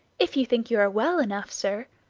if you think you are well enough, sir,